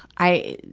i,